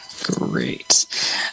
Great